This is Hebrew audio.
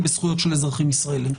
ובזכויות של אזרחים ישראלים.